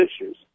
issues